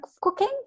cooking